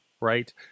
Right